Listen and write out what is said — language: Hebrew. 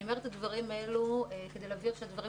אני אומרת את הדברים האלה כדי להבהיר שהדברים